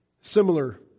Similar